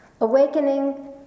awakening